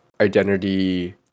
identity